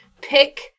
Pick